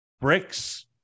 bricks